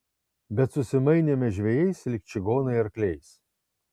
bet susimainėme žvejais lyg čigonai arkliais